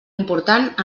important